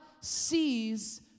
sees